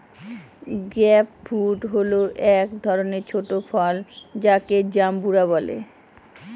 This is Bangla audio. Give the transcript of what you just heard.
গ্রেপ ফ্রুট হল এক ধরনের ছোট ফল যাকে জাম্বুরা বলে